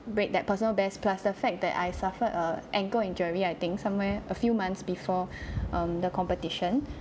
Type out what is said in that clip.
break that personal best plus the fact that I suffered a ankle injury I think somewhere a few months before um the competition